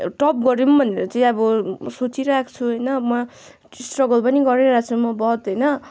top गरौँ भनेर चाहिँ अब सोचिरहेको छु होइन म स्ट्रगल पनि गरिरहेको छु म बहुत होइन